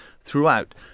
throughout